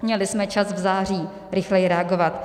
Měli jsme čas v září rychleji reagovat.